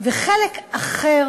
וחלק אחר